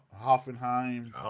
Hoffenheim